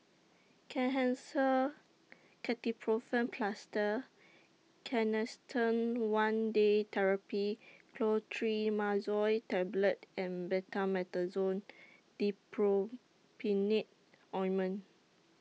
Kenhancer Ketoprofen Plaster Canesten one Day Therapy Clotrimazole Tablet and Betamethasone Dipropionate Ointment